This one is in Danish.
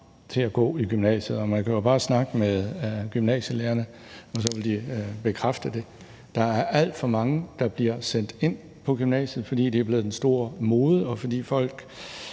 til at gå i gymnasiet. Man kan jo bare snakke med gymnasielærerne, og så vil de bekræfte det. Der er alt for mange, der bliver sendt ind på gymnasiet, fordi det er blevet den store mode, og fordi man